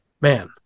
Man